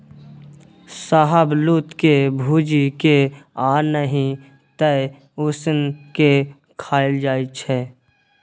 शाहबलुत के भूजि केँ आ नहि तए उसीन के खाएल जाइ छै